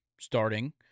starting